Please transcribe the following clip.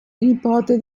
nipote